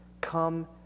come